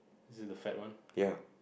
is it the fat one